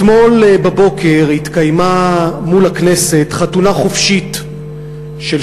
אתמול בבוקר התקיימה מול הכנסת חתונה חופשית של